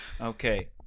Okay